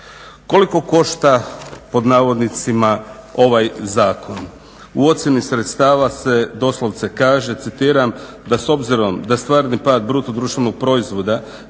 Koliko košta, pod navodnicima, ovaj zakon? U ocjeni sredstava se doslovce kaže, citiram, da s obzirom da stvari pad bruto društvenog proizvoda